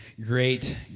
great